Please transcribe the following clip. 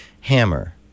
hammer